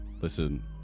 Listen